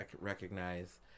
recognize